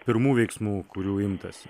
pirmų veiksmų kurių imtasi